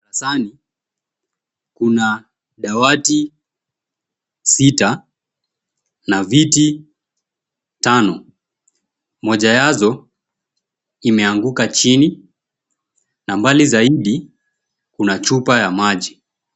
Darasani kuna dawati sita na viti tano. Moja yazo imeanguka chini na mbali zaidi kuna chupa ya maji.